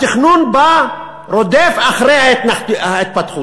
התכנון בא, רודף אחרי ההתפתחות.